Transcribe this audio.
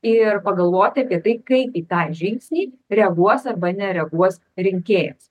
ir pagalvoti apie tai kaip į tą žingsnį reaguos arba nereaguos rinkėjas